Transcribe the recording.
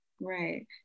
Right